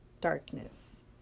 darkness